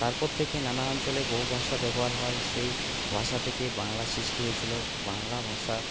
তারপর থেকে নানা অঞ্চলে বহু ভাষা ব্যবহার হয় সেই ভাষা থেকে বাংলা সৃষ্টি হয়েছিলো বাংলা ভাষা